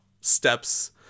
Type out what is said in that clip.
steps